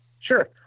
Sure